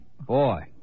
Boy